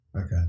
Okay